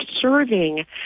serving